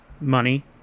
money